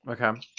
Okay